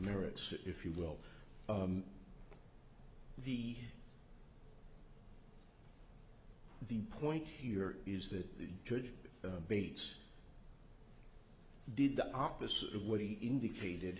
merits if you will be the point here is that the judge bates did the opposite of what he indicated